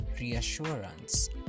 reassurance